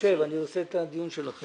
בטוח שזה נכון.